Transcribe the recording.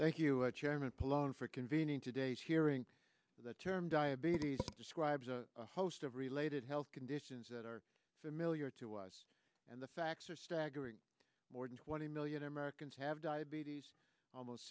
thank you chairman palauan for convening today's hearing the term diabetes describes a host of related health conditions that are familiar to us and the facts are staggering more than twenty million americans have diabetes almost